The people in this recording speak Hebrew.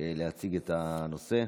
להציג את הנושא,